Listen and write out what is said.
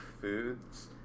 foods